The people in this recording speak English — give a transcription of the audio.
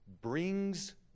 brings